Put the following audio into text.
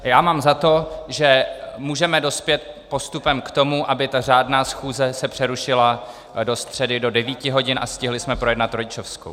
Já mám za to, že můžeme dospět postupem k tomu, aby ta řádná schůze se přerušila do středy do 9 hodin a stihli jsme projednat rodičovskou.